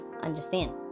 Understand